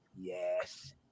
Yes